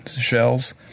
shells